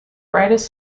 brightest